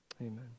Amen